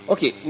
Okay